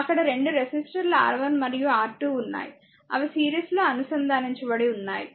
అక్కడ 2 రెసిస్టర్లు R1 మరియు R2 ఉన్నాయి అవి సిరీస్లో అనుసంధానించబడి ఉన్నాయి